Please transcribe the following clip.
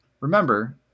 remember